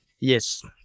Yes